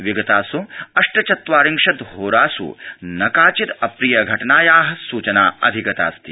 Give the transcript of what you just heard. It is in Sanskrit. विगतास् अष्टचत्वारिंशद होरास् न काचिद् अप्रिय घटनाया सुचनाधिगतास्ति